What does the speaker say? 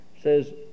says